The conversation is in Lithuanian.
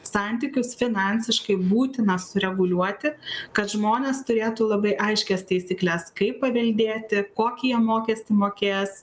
santykius finansiškai būtina sureguliuoti kad žmonės turėtų labai aiškias taisykles kaip paveldėti kokį jie mokestį mokės